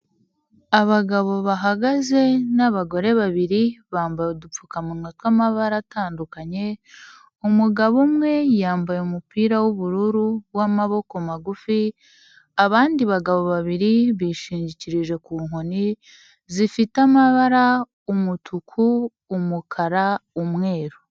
Abagabo bahagaze n'abagore babiri bambaye udupfukamunwa tw'amabara atandukanye umugabo umwe yambaye umupira w'ubururu w'amaboko magufi abandi bagabo babiri bishingikirije ku nkoni zifite amabara umutuku umukara umweru.